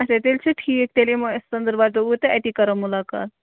اچھا تیٚلہِ چھُ ٹھیٖک تیٚلہِ یِمو أسۍ ژٔنٛدٕر وارِ دۄہ اوٗرۍ تہٕ اَتی کَرو مُلاقات